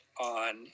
on